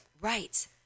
Right